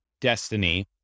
destiny